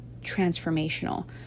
transformational